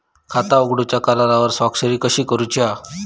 खाता उघडूच्या करारावर स्वाक्षरी कशी करूची हा?